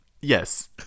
Yes